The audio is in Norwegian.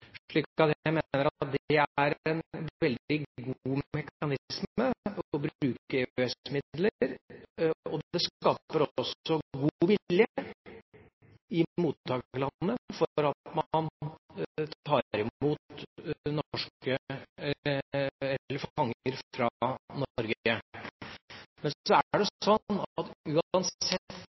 Jeg mener at det er en veldig god mekanisme å bruke EØS-midler, og det skaper også god vilje i mottakerlandene for at man tar imot fanger fra Norge. Men uansett hva vi bidrar med, er det